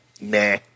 Nah